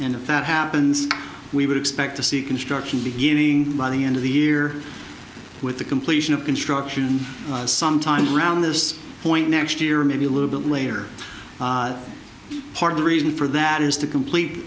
and if that happens we would expect to see construction beginning by the end of the year with the completion of construction sometime around this point next year or maybe a little bit later part of the reason for that is to complete